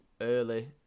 early